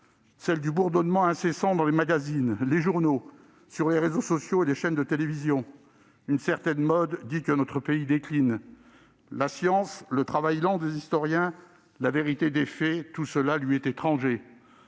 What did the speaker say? celle du bourdonnement incessant des magazines et des journaux, des réseaux sociaux et des chaînes de télévision. Une certaine mode voudrait que notre pays décline. La science, le travail patient des historiens, la vérité des faits, tout cela lui est étranger.